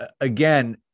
again